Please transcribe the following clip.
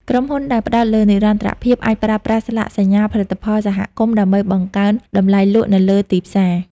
ក្រុមហ៊ុនដែលផ្ដោតលើនិរន្តរភាព អាចប្រើប្រាស់ស្លាកសញ្ញាផលិតផលសហគមន៍ ដើម្បីបង្កើនតម្លៃលក់នៅលើទីផ្សារ។